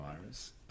virus